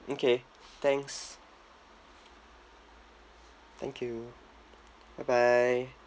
okay thanks thank you bye bye